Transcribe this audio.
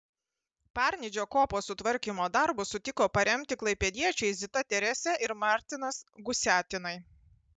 parnidžio kopos sutvarkymo darbus sutiko paremti klaipėdiečiai zita teresė ir martinas gusiatinai